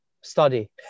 study